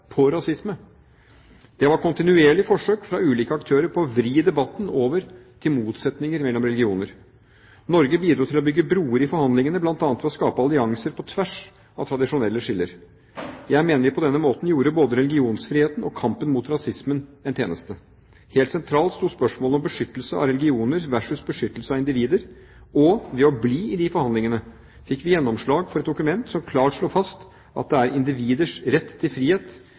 på rasisme. Det var kontinuerlige forsøk fra ulike aktører på å vri debatten over til motsetninger mellom religioner. Norge bidro til å bygge broer i forhandlingene bl.a. ved å skape allianser på tvers av tradisjonelle skiller. Jeg mener vi på denne måten gjorde både religionsfriheten og kampen mot rasisme en tjeneste. Helt sentralt sto spørsmålet om beskyttelse av religioner versus beskyttelse av individer, og ved å bli i de forhandlingene fikk vi gjennomslag for et dokument som klart slår fast at det er individers rett til frihet,